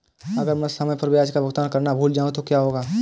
अगर मैं समय पर ब्याज का भुगतान करना भूल जाऊं तो क्या होगा?